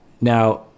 now